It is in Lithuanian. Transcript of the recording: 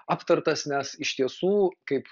aptartas nes iš tiesų kaip